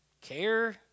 care